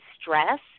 stress